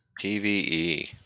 pve